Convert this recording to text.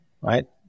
right